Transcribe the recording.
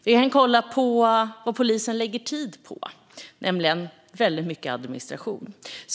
Vi kan kolla på vad polisen lägger tid på: väldigt mycket administration.